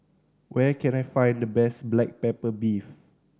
where can I find the best black pepper beef